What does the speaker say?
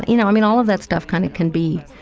you know, i mean all of that stuff kind of can be,